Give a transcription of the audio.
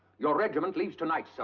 your regiment leaves tonight, so